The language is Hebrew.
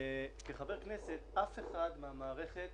כחבר כנסת אף אחד מהמערכת